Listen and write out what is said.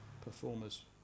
Performers